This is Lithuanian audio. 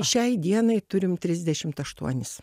šiai dienai turim trisdešimt aštuonis